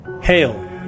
Hail